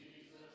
Jesus